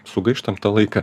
sugaištam tą laiką